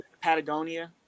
patagonia